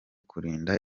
kurinda